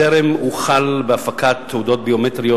טרם הוחל בהפקת תעודות ביומטריות,